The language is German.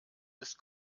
ist